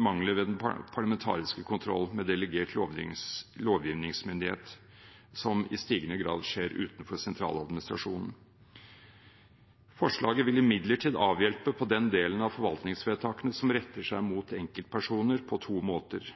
mangler i den parlamentariske kontroll med delegert lovgivningsmyndighet som i stigende grad skjer utenfor sentraladministrasjonen. Forslaget vil imidlertid avhjelpe på den delen av forvaltningsvedtakene som retter seg mot enkeltpersoner på to måter: